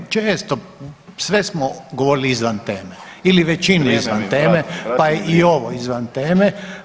Često, sve smo govorili izvan teme ili većinu izvan teme, pa je i ovo izvan teme.